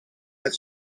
met